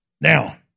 Now